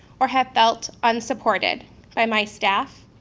or have felt unsupported by my staff,